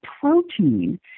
protein